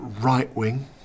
right-wing